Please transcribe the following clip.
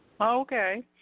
Okay